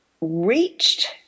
reached